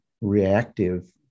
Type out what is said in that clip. reactive